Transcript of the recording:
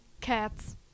Cats